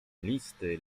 listy